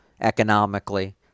economically